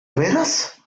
veras